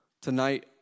tonight